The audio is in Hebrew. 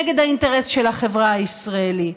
נגד האינטרס של החברה הישראלית,